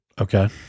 Okay